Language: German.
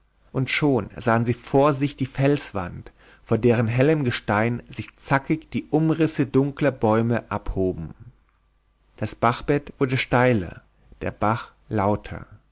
und schon sahen sie vor sich die felswand von deren hellem gestein sich zackig die umrisse dunkler bäume abhoben das bachbett wurde steiler der bach lauter